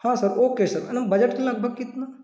हाँ sir okay sir budget की लगभग कितना